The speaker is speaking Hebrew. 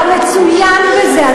אתה מצוין בזה,